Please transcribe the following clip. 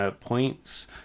points